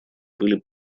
были